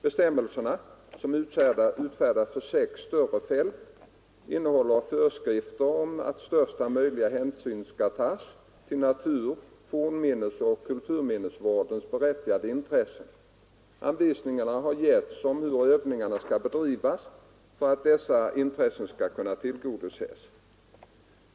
Bestämmelserna — som utfärdats för sex större fält — innehåller föreskrift om att största möjliga hänsyn skall tas till natur-, fornminnesoch kulturminnesvårdens berättigade intressen. Anvisningar har getts om hur övningarna skall bedrivas för att dessa intressen skall tillgodoses.